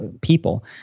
people